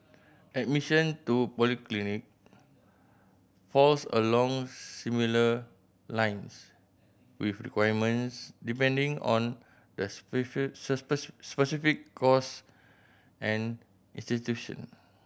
admission to polytechnic falls along similar lines with requirements depending on the specific course and institution